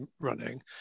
running